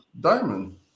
diamond